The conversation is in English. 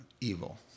evil